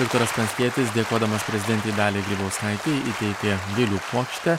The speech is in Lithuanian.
viktoras pranckietis dėkodamas prezidentei daliai grybauskaitei įteikė gėlių puokštę